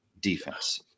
defense